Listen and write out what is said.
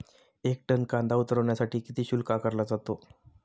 एक टन कांदा उतरवण्यासाठी किती शुल्क आकारला जातो?